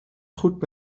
goed